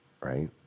right